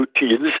routines